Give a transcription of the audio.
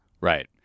Right